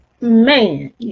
Man